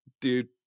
dude